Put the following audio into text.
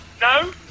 No